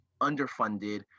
underfunded